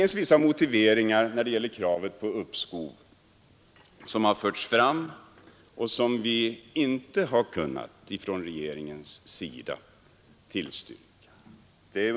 När det gäller kraven på uppskov har framförts vissa motiveringar som regeringen inte har kunnat tillstyrka.